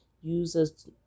users